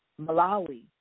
Malawi